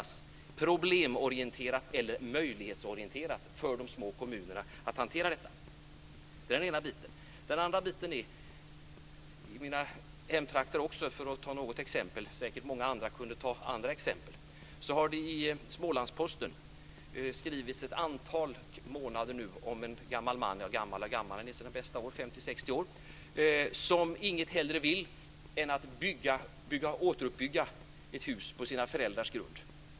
Kommer det att vara en problemorienterad eller möjlighetsorienterad miljö för de små kommunerna? Jag tar ett exempel från mina hemtrakter. Andra talare kan säkert ge andra exempel. Det har under ett antal månader skrivits i Smålandsposten om en som inget hellre vill än att återuppbygga ett hus på föräldrarnas husgrund.